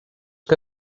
que